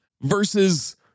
versus